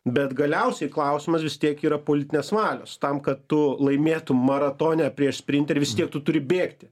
bet galiausiai klausimas vis tiek yra politinės valios tam kad tu laimėtum maratone prieš sprinterį vis tiek tu turi bėgti